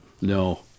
no